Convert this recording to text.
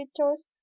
editors